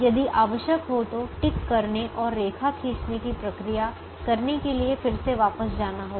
यदि आवश्यक हो तो टिक करने और रेखा खींचने की प्रक्रिया करने के लिए फिर से वापस जाना होगा